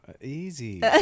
Easy